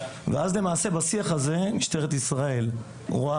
ואז למעשה בשיח הזה משטרת ישראל רואה